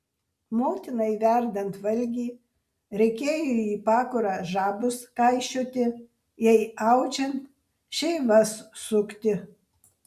motinai verdant valgį reikėjo į pakurą žabus kaišioti jai audžiant šeivas sukti